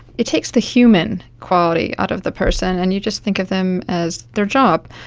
it takes the human quality out of the person, and you just think of them as their job.